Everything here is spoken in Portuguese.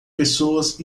pessoas